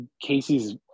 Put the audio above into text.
Casey's